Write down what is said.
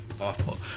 Awful